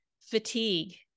fatigue